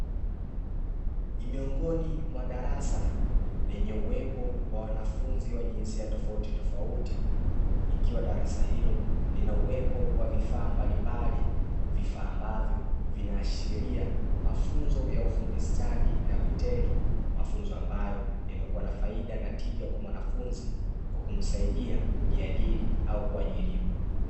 Miongoni mwa darasa lenye uwepo wa wanafunzi wa jinsia tofauti tofauti ikiwa darasa hilo lina uwepo wa vifaa mbalimbali vifaa ambavyo vinaashiria mafunzo ya ufundi stadi na vitendo mafunzo, ambayo yamekuwa na faida na tija kwa mwanafunzi kwa kumsaidia kujiajiri au kuajiriwa.